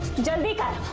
didn't reach